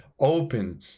open